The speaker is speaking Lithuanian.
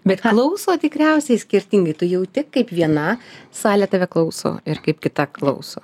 bet klauso tikriausiai skirtingai tu jauti kaip viena salė tave klauso ir kaip kita klauso